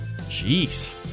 Jeez